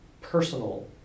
personal